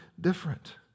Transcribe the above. different